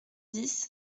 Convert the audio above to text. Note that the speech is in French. dix